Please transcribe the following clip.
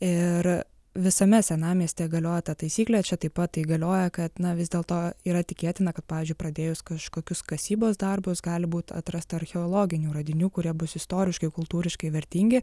ir visame senamiestyje galioja taisyklė čia taip pat tai galioja kad na vis dėlto yra tikėtina kad pavyzdžiui pradėjus kažkokius kasybos darbus gali būt atrasta archeologinių radinių kurie bus istoriškai kultūriškai vertingi